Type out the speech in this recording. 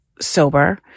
sober